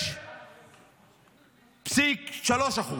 ב-5.3%,